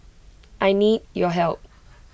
I need your help